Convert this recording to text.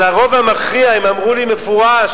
אבל הרוב המכריע, הם אמרו לי במפורש,